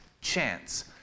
chance